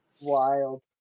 Wild